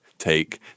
take